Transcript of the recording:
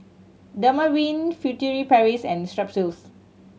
Dermaveen Furtere Paris and Strepsils